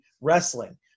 wrestling